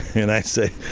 and i say,